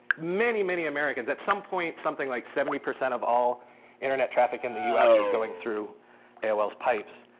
many, many americans, at some point something like seventy percent of all internet traffic in the us was going through aol's pipes.